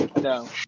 No